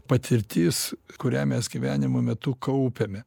patirtis kurią mes gyvenimo metu kaupiame